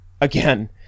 Again